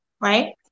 right